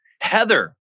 Heather